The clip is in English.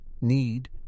need